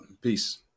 Peace